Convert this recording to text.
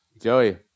Joey